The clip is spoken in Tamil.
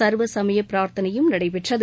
சர்வசமய பிரார்தனையும் நடைபெற்றது